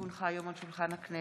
כי הונחה היום על שולחן הכנסת,